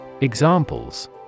Examples